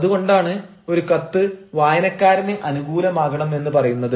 അതുകൊണ്ടാണ് ഒരു കത്ത് വായനക്കാരന് അനുകൂലമാകണം എന്ന് പറയുന്നത്